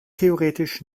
theoretisch